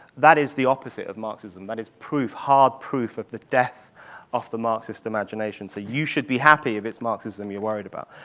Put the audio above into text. that is the opposite of marxism. that is proof, hard proof, of the death of the marxist imagination, so you should be happy if it's marxism you're worried about.